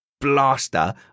blaster